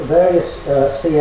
various